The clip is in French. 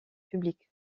public